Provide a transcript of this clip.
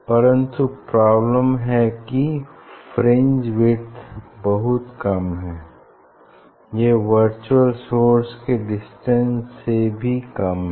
परन्तु प्रॉब्लम है की फ्रिंज विड्थ बहुत कम है यह वर्चुअल सोर्सेज के डिस्टेंस से भी कम है